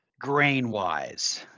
grain-wise